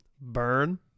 Burn